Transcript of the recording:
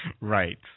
right